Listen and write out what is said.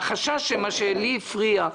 החשש שמה שלי הפריע,